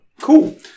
Cool